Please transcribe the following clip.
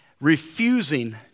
refusing